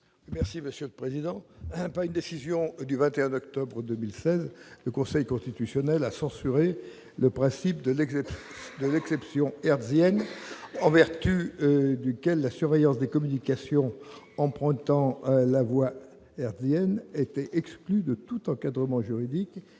de la commission ? Dans une décision du 21 octobre 2016, le Conseil constitutionnel a censuré le principe de l'« exception hertzienne », en vertu duquel la surveillance des communications empruntant la voie hertzienne était exclue de tout encadrement juridique